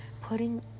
putting